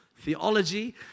theology